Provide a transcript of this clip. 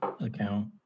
account